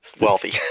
Wealthy